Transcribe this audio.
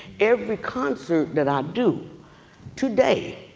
every concert that i do today,